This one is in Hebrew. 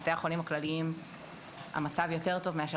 בבתי החולים הכלליים המצב יותר טוב מאשר